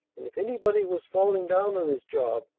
if anybody was falling down on his job,